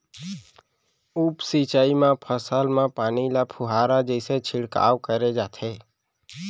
उप सिंचई म फसल म पानी ल फुहारा जइसे छिड़काव करे जाथे